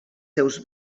seus